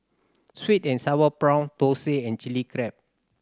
sweet and sour prawn thosai and Chili Crab